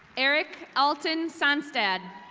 eric ulton sunstead,